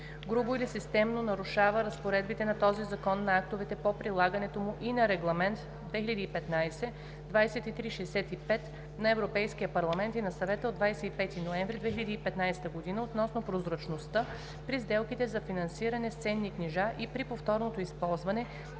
Грубо или системно нарушава разпоредбите на този закон, на актовете по прилагането му и на Регламент (ЕС) 2015/2365 на Европейския парламент и на Съвета от 25 ноември 2015 г. относно прозрачността при сделките за финансиране с ценни книжа и при повторното използване,